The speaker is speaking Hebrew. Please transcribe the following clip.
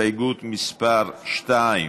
של חברי הכנסת אלי אלאלוף,